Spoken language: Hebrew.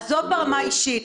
עזוב את הרמה האישית,